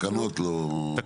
רק תקנות לא --- התקנות,